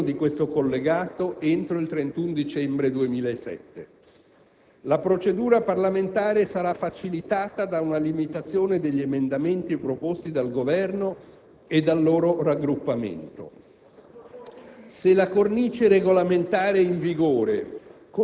garantiscano la deliberazione definitiva almeno di questo collegato entro il 31 dicembre 2007. La procedura parlamentare sarà facilitata da una limitazione degli emendamenti proposti dal Governo e dal loro raggruppamento.